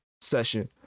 session